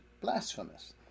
blasphemous